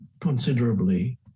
considerably